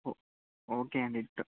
okay అండి to